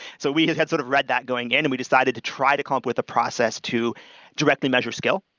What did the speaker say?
so we had sort of read that going in and we decided to try to come up with a process to directly measure skill.